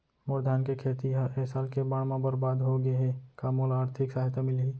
मोर धान के खेती ह ए साल के बाढ़ म बरबाद हो गे हे का मोला आर्थिक सहायता मिलही?